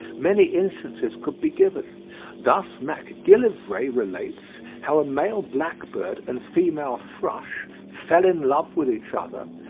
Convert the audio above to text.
many instances could be given thus macgillivray relates how a male blackbird and female thrush fell in love with each other,